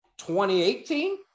2018